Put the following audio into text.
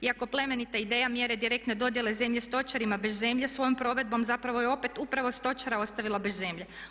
Iako plemenita ideja mjere direktne dodjele zemlje stočarima bez zemlje svojom provedbom zapravo je opet upravo stočara ostavila bez zemlje.